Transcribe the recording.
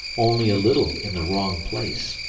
only a little in the wrong place,